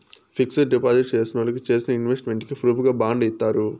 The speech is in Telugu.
ఫిక్సడ్ డిపాజిట్ చేసినోళ్ళకి చేసిన ఇన్వెస్ట్ మెంట్ కి ప్రూఫుగా బాండ్ ఇత్తారు